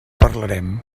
parlarem